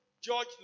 George